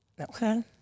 Okay